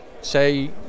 Say